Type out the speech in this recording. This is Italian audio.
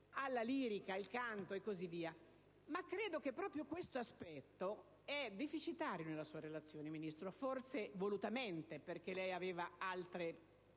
alla lirica, al canto, e così via. Credo che proprio questo aspetto è deficitario nella sua relazione, Ministro; forse volutamente, perché lei aveva altre